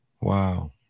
Wow